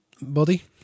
body